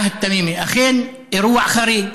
עהד תמימי, אכן אירוע חריג,